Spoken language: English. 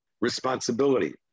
responsibility